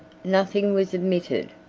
nothing was omitted,